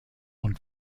und